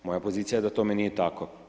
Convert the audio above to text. Moja pozicija je da tome nije tako.